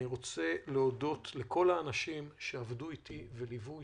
אני רוצה להודות לכל האנשים שעבדו איתי וליוו אותי.